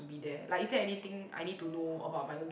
be there like is there anything I need to know about my own